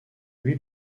lui